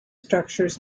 structures